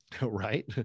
right